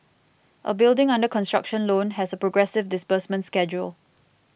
a building under construction loan has a progressive disbursement schedule